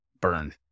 Burn